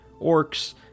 orcs